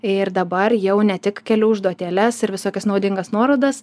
ir dabar jau ne tik keliu užduotėles ir visokias naudingas nuorodas